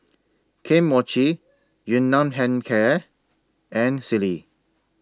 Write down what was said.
Kane Mochi Yun Nam Hair Care and Sealy